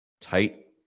tight